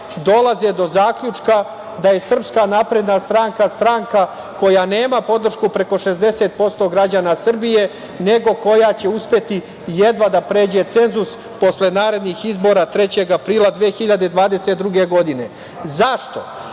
dolaze do zaključka da je SNS stranka koja nema podršku preko 60% građana Srbije, nego koja će uspeti jedva da pređe cenzus posle narednih izbora 3. aprila 2022. godine.Zašto?